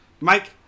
Mike